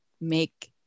make